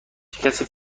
کسی